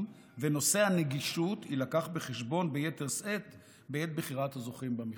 ונושא הנגישות יילקח בחשבון ביתר שאת בעת בחירת הזוכים במכרז.